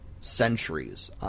centuries